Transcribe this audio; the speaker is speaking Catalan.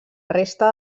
resta